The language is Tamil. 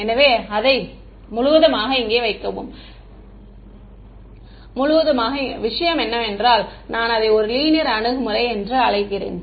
எனவே அதை முழுவதுமாக இங்கே வைக்கவும் விஷயம் என்னவென்றால் நான் அதை ஒரு நான் லீனியர் அணுகுமுறை என்று அழைக்கிறேன்